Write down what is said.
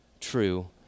true